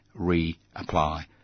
reapply